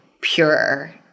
purer